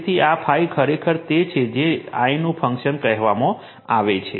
તેથી આ ∅ ખરેખર તે છે જેને I નું ફંકશન કહેવામાં આવે છે